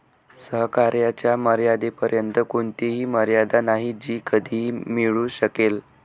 सहकार्याच्या मर्यादेपर्यंत कोणतीही मर्यादा नाही जी कधीही मिळू शकेल